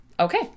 Okay